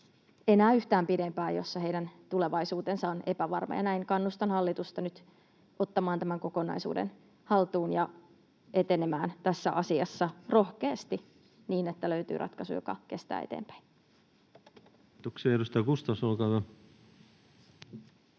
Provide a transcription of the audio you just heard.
enää yhtään pidempään tilanteessa, jossa heidän tulevaisuutensa on epävarma. Näin kannustan hallitusta nyt ottamaan tämän kokonaisuuden haltuun ja etenemään tässä asiassa rohkeasti niin, että löytyy ratkaisu, joka kestää eteenpäin. [Speech